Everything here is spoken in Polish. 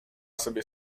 sobie